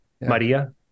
Maria